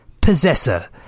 Possessor